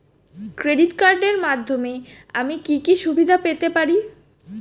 Credit কার্ডের মাধ্যমে আমি কি কি সুবিধা পেতে পারি?